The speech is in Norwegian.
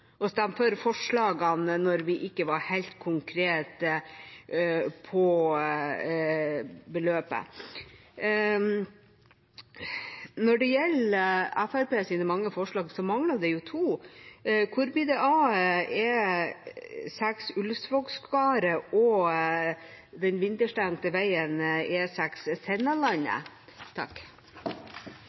stemme for forslagene når vi ikke hadde helt konkrete beløp. Når det gjelder Fremskrittspartiets mange forslag, mangler det jo to. Hvor blir det av E6 Ulvsvågskaret og den vinterstengte veien